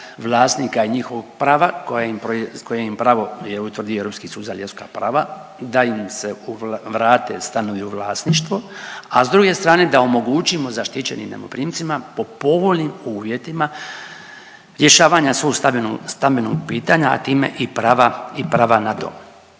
vlasnika i njihovog prava koje im je pravo utvrdio Europski sud za ljudska prava da im se vrate stanovi u vlasništvo, a s druge strane da omogućimo zaštićenim najmoprimcima po povoljnim uvjetima rješavanje svog stambenog pitanja, a time i prava na dom.